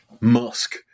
musk